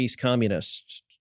communists